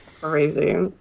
Crazy